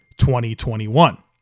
2021